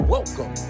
Welcome